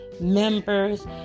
members